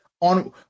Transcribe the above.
on